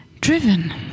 driven